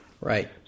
Right